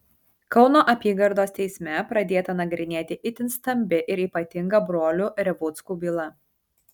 kauno apygardos teisme pradėta nagrinėti itin stambi ir ypatinga brolių revuckų byla